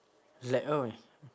like oh